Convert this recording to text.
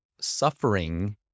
suffering